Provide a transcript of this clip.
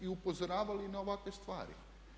I upozoravali na ovakve stvari.